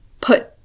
put